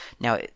Now